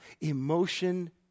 emotion